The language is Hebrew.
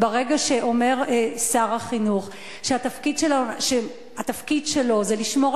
ברגע שאומר שר החינוך שהתפקיד שלו זה לשמור